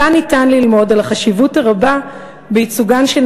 מכאן ניתן ללמוד על החשיבות הרבה בייצוגן של